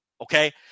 Okay